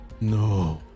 no